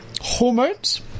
hormones